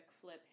flip